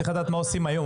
צריך לדעת מה עושים היום,